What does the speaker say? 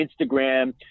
instagram